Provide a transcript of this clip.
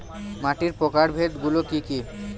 মাটির প্রকারভেদ গুলো কি কী?